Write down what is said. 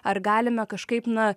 ar galime kažkaip na